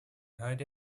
heute